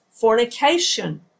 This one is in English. fornication